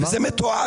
זה גם מתועד.